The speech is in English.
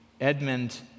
Edmund